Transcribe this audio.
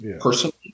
Personally